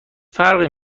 فرقی